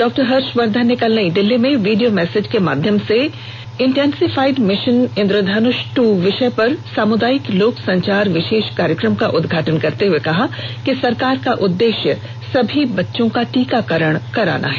doctor Harshvardhan ने कल नई दिल्ली में वीडियो मैसेज के माध्यम से इंटेनसिफाईड भिशन इंद्रधनुष दू विषय पर सामुदायिक लोक संचार विशेष कार्यक्रम का उद्घाटन करते हुए कहा कि सरकार का उद्देश्य सभी बच्चों का टीकांकरण करना है